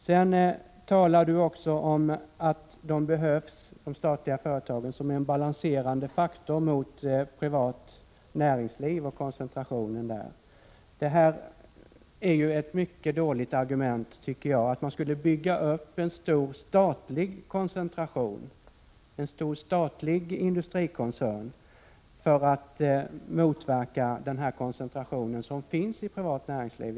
Rune Jonsson talade också om att de statliga företagen behövs som en balanserande faktor mot koncentrationen i det privata näringslivet. Det är ett mycket dåligt argument — att man skulle bygga upp en stor statlig företagskoncentration, en stor statlig industrikoncern för att motverka den koncentration som finns i privat näringsliv.